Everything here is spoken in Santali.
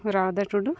ᱨᱟᱫᱟ ᱴᱩᱰᱩ